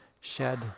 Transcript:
shed